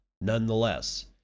Nonetheless